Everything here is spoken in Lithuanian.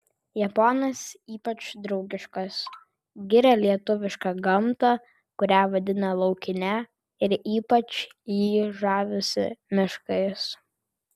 japonas ypač draugiškas giria lietuvišką gamtą kurią vadina laukine ir ypač jį žavisi miškais